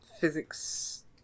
physics